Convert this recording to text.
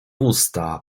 usta